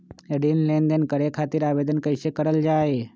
ऋण लेनदेन करे खातीर आवेदन कइसे करल जाई?